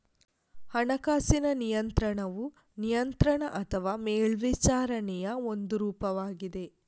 ಹಣಕಾಸಿನ ನಿಯಂತ್ರಣವು ನಿಯಂತ್ರಣ ಅಥವಾ ಮೇಲ್ವಿಚಾರಣೆಯ ಒಂದು ರೂಪವಾಗಿದೆ